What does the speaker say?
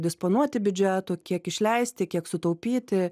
disponuoti biudžetu kiek išleisti kiek sutaupyti